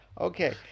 Okay